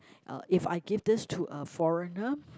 uh if I give this to a foreigner